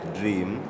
dream